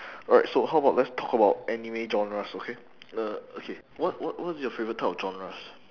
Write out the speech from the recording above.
alright so how about let's talk about anime genres okay uh okay what what what's your favourite type of genres